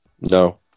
No